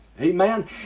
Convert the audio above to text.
Amen